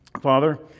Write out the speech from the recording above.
Father